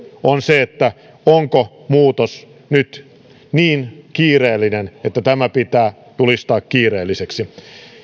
on onko muutos niin kiireellinen että tämä pitää julistaa kiireelliseksi